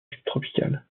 subtropicales